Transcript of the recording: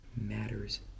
matters